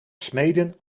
smeden